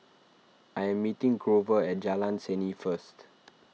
I am meeting Grover at Jalan Seni first